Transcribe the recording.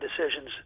decisions